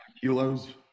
kilos